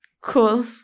cool